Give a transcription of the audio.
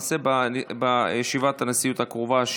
בישיבת הנשיאות הקרובה,